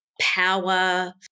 power